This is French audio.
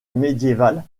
médiéval